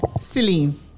Celine